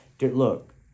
look